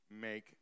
make